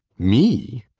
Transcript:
me!